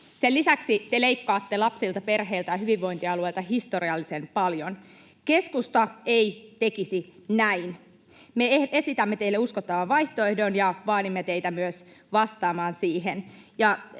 Sen lisäksi te leikkaatte lapsilta, perheiltä ja hyvinvointialueilta historiallisen paljon. Keskusta ei tekisi näin. Me esitämme teille uskottavan vaihtoehdon ja vaadimme teitä myös vastaamaan siihen.